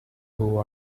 who